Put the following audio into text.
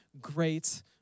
great